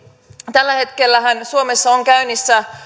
tällä hetkellähän suomessa on käynnissä